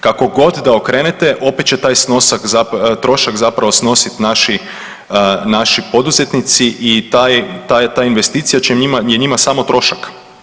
Kako god da okrenete opet će taj trošak zapravo snositi naši poduzetnici i ta investicija će njima, je njima samo trošak.